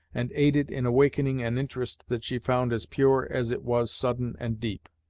and aided in awakening an interest that she found as pure as it was sudden and deep.